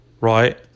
right